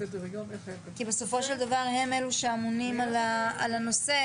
כי בסופו של דבר, הם אלו שאמונים על הנושא.